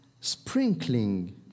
sprinkling